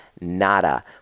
Nada